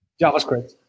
JavaScript